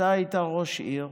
אתה היית ראש עיר,